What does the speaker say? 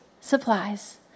supplies